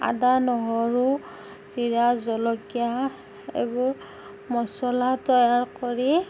আদা নহৰু জিৰা জলকীয়া এইবোৰ মছলা তৈয়াৰ কৰি